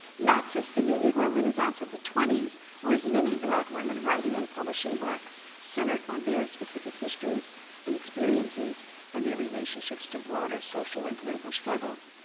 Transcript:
not since the new negro renaissance of the twenty s or as many black women writing and publishing works centered on their specific histories and experiences and their relationships to broader social and political struggles.